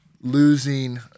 losing